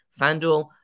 FanDuel